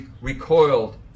recoiled